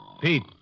Pete